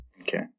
okay